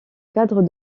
cadre